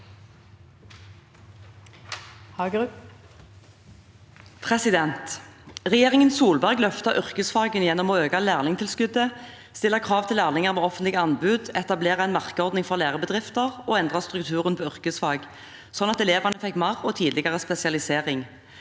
Regjeringen Sol- berg løftet yrkesfagene gjennom å øke lærlingtilskuddet, stille krav til lærlinger ved offentlige anbud, etablere en merkeordning for lærebedrifter og endre strukturen på yrkesfag, slik at elevene fikk mer og tidligere spesialisering.